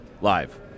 live